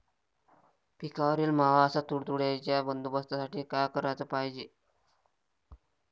पिकावरील मावा अस तुडतुड्याइच्या बंदोबस्तासाठी का कराच पायजे?